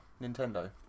Nintendo